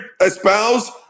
espouse